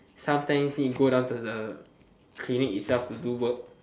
sometimes need go down to the clinic itself to do work